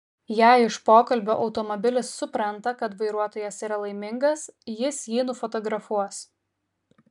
jei iš pokalbio automobilis supranta kad vairuotojas yra laimingas jis jį nufotografuos